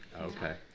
Okay